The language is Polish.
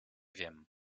wiem